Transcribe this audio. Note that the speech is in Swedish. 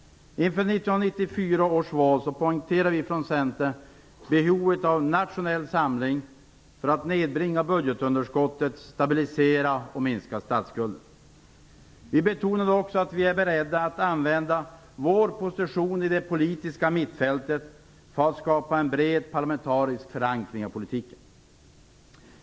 Inför 1994 års val poängterade vi från Centern behovet av nationell samling för att nedbringa budgetunderskottet, stabilisera och minska statsskulden. Vi betonade också att vi var beredda att använda vår position i det politiska mittfältet för att skapa en bred parlamentarisk förankring av politiken.